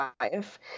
life